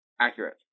accurate